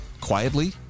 quietly